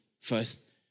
first